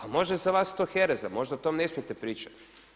A možda je za vas to hereza, možda o tome ne smijete pričati.